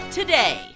today